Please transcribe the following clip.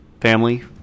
family